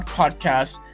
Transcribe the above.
podcast